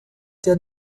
der